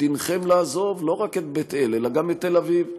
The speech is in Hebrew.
דינכם לעזוב לא רק את בית אל אלא גם את תל אביב?